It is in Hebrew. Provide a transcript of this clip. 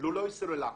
לולי סוללה.